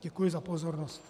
Děkuji za pozornost.